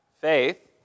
faith